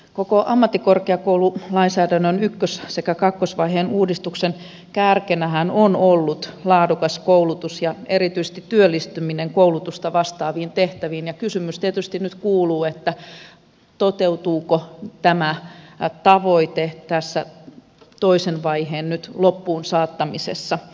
koko ammattikorkeakoululainsäädännön ykkös sekä kakkosvaiheen uudistuksen kärkenähän on ollut laadukas koulutus ja erityisesti työllistyminen koulutusta vastaaviin tehtäviin ja kysymys tietysti nyt kuuluu toteutuuko tämä tavoite tässä toisen vaiheen loppuun saattamisessa